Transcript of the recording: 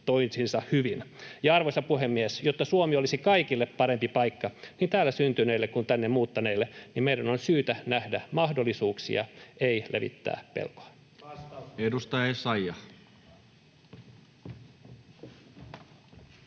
rekrytointinsa hyvin. Ja, arvoisa puhemies, jotta Suomi olisi kaikille parempi paikka, niin täällä syntyneille kuin tänne muuttaneille, niin meidän on syytä nähdä mahdollisuuksia, ei levittää pelkoa. [Speech 135]